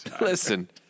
listen